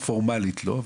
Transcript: פורמלית לא,